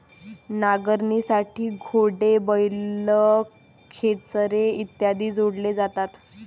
नांगरणीसाठी घोडे, बैल, खेचरे इत्यादी जोडले जातात